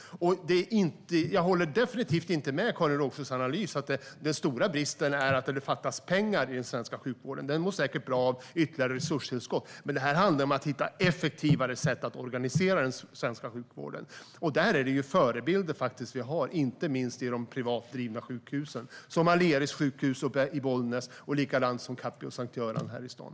Jag håller absolut inte med om Karin Rågsjös analys, att den stora bristen skulle vara att det fattas pengar i den svenska sjukvården. Det är säkert bra med ytterligare resurstillskott, men här handlar det om att hitta effektivare sätt att organisera den svenska sjukvården. Där har vi förebilder inte minst i de privat drivna sjukhusen, som Aleris sjukhus i Bollnäs och Capio S:t Göran här i staden.